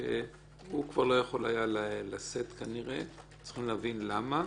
שהוא כבר לא יכול היה לשאת כנראה וצריכים להבין למה.